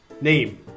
name